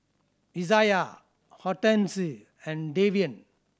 Izayah Hortense and Davian